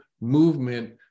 movement